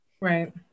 Right